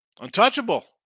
Untouchable